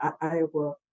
Iowa